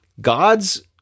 God's